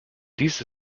dies